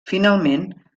finalment